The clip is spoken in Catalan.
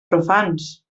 profans